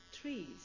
trees